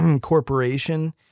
corporation